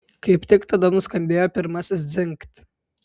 kaip tik tada nuskambėjo pirmasis dzingt